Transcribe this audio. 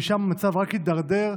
משם המצב רק הידרדר,